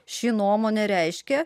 ši nuomonė reiškia